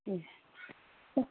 ए